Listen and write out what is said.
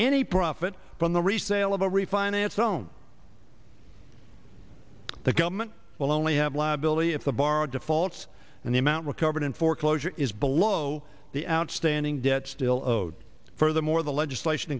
any profit from the resale of a refinance known the government will only have liability if the borrower defaults and the amount recovered in foreclosure is below the outstanding debt still owed furthermore the legislation